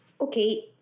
okay